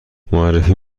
معرفی